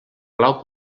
clau